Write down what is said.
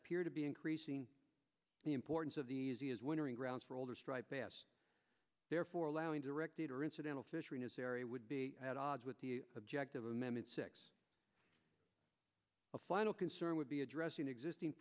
appear to be increasing the importance of the easy as wondering grounds for older striped bass therefore allowing directed or incidental fishery necessary would be at odds with the objective of a mammoth six a final concern would be addressing existing